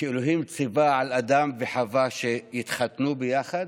שאלוהים ציווה על אדם וחוה שיתחתנו ביחד?